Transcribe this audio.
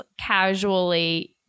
casually